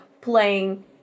playing